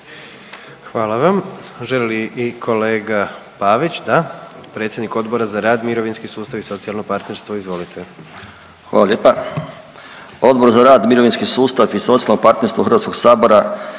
Hvala vam. Želi li i kolega Pavić? Da, predsjednik Odbora za rad, mirovinski sustav i socijalno partnerstvo, izvolite. **Pavić, Željko (Socijaldemokrati)** Hvala lijepa. Odbor za rad, mirovinski sustav i socijalno partnerstvo HS na